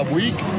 week